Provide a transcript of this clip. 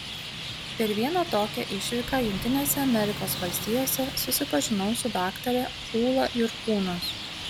per vieną tokią išvyką jungtinėse amerikos valstijose susipažinau su daktare ūla jurkūnas